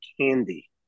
candy